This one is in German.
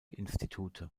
institute